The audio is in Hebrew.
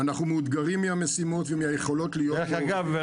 אנחנו מאותגרים מהמשימות ומהיכולות להיות -- דרך אגב,